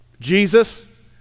Jesus